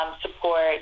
support